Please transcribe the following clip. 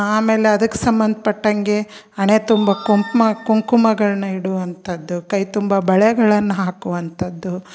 ಆಮೇಲೆ ಅದಕ್ಕೆ ಸಂಬಂಧ ಪಟ್ಟಂಗೆ ಹಣೆ ತುಂಬ ಕುಂಕುಮ ಕುಂಕುಮಗಳನ್ನ ಇಡುವಂಥದ್ದು ಕೈ ತುಂಬ ಬಳೆಗಳನ್ನ ಹಾಕುವಂಥದ್ದು